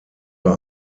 bei